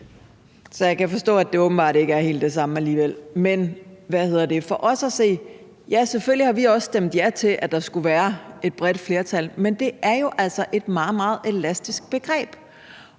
Så jeg kan forstå, at det åbenbart ikke er helt det samme alligevel. Men for os at se har vi selvfølgelig også stemt ja til, at der skulle være et bredt flertal, men det er jo altså et meget, meget elastisk begreb.